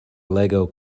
lego